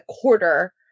quarter